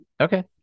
okay